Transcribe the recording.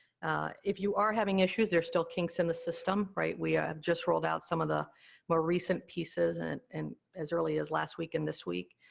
if you are having issues, there's still kinks in the system, right, we ah just rolled out some of the more recent pieces and and as early as last week and this week,